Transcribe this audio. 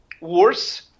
worse